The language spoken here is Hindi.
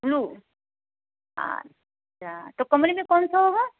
ब्लू आच्छा तो कमरे में कौन सा होगा